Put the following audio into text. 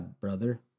brother